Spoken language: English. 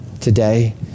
today